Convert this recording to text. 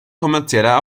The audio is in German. kommerzieller